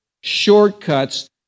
shortcuts